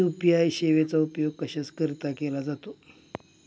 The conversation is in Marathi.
यू.पी.आय सेवेचा उपयोग कशाकरीता केला जातो?